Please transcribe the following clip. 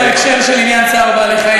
בהקשר של עניין צער בעלי-חיים,